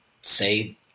say